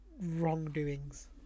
wrongdoings